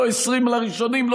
לא לעשרים הראשונים,